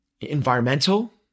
environmental